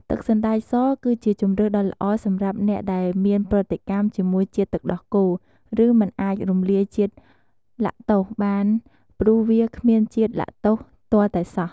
ទឹកសណ្តែកសគឺជាជម្រើសដ៏ល្អសម្រាប់អ្នកដែលមានប្រតិកម្មជាមួយជាតិទឹកដោះគោ ឬមិនអាចរំលាយជាតិឡាក់តូសបាន ព្រោះវាគ្មានជាតិឡាក់តូសទាល់តែសោះ។